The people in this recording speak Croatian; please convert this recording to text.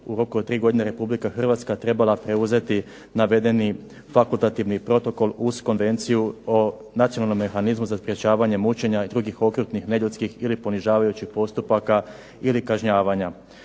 od tri godine Republika Hrvatska trebala preuzeti navedeni fakultativni protokol uz Konvenciju o nacionalnom mehanizmu za sprečavanje mučenja i drugih okrutnih neljudskih ili ponižavajućih postupaka ili kažnjavanja.